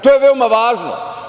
To je veoma važno.